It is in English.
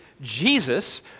Jesus